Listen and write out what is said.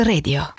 Radio